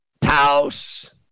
Taos